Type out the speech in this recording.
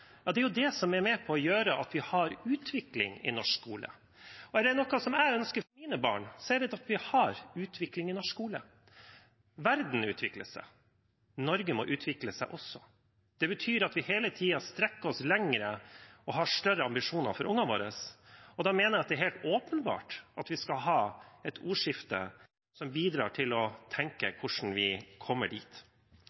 Det er det som er med på å gjøre at vi har utvikling i norsk skole – og er det noe jeg ønsker for mine barn, er det at vi har utvikling i norsk skole. Verden utvikler seg, Norge må også utvikle seg. Det betyr at vi hele tiden strekker oss lenger og har større ambisjoner for barna våre, og da mener jeg at det er helt åpenbart at vi skal ha et ordskifte som bidrar til å tenke